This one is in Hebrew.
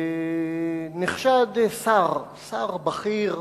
נחשד שר בכיר,